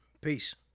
Peace